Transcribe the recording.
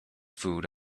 food